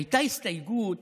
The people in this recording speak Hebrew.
הייתה הסתייגות